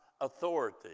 authority